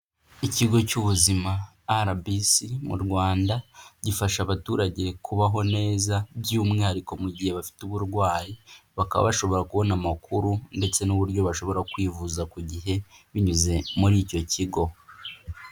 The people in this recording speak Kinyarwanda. Ikigo cy'ubuzima RBC mu Rwanda, gifasha abaturage kubaho neza by'umwihariko mu gihe bafite uburwayi, Bakaba bashobora kubona amakuru ndetse n'uburyo bashobora kwivuza ku gihe binyuze muri icyo kigo.